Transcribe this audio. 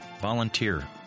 volunteer